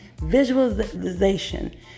visualization